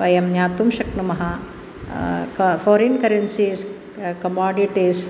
वयं ज्ञातुं शक्नुमः क फ़ोरिन् करेन्सीस् कमाडिटीस्